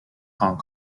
hong